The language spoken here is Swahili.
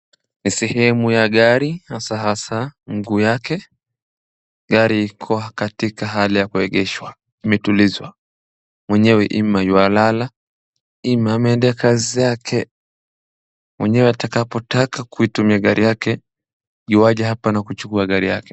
Ni sehemu ya gari hasa hasa mguu yake. Gari iko katika hali ya kuegeshwa imetulizwa mwenye imo yuwalala ama imeenda kazi zake. Mwenyewe atakapotaka kuitumia gari yake yuwaja hapa na kuchukua gari yake.